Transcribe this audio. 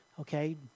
okay